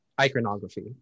Iconography